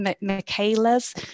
Michaela's